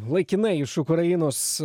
laikinai iš ukrainos